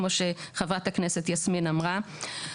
כמו שחברת הכנסת יסמין אמרה.